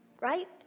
right